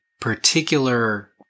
particular